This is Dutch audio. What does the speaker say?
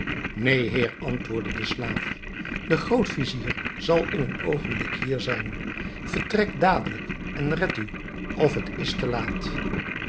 heer antwoordde de slaaf de groot-vizier zal in een oogenblik hier zijn vertrek dadelijk en red u of het is te laat